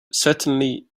certainly